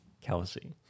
Kelsey